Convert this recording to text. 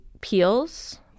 peels